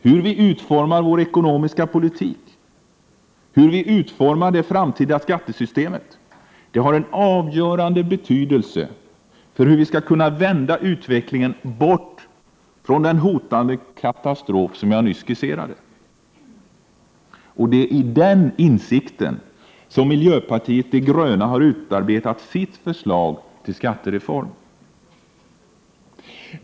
Hur vi utformar vår ekonomiska politik och hur vi utformar det framtida skattesystemet har en avgörande betydelse för hur vi skall kunna vända utvecklingen bort från den hotande katastrof som jag nyss skisserade. Och det är med den insikten som miljöpartiet de gröna har utarbetat sitt förslag till skattereform.